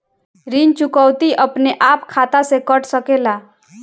ऋण चुकौती अपने आप खाता से कट सकेला?